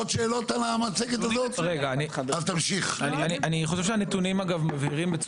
שקף 2. אנו רואים פה